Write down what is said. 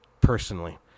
personally